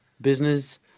business